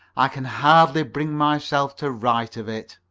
i can hardly bring myself to write of it.